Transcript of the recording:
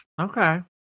Okay